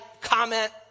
comment